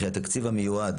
וכי התקציב המיועד